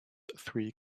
three